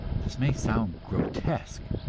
this may sound grotesque,